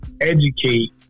educate